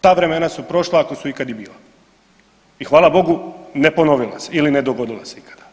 Ta vremena su prošla ako su ikad i bila i hvala Bogu ne ponovilo se ili ne dogodilo se ikada.